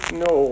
no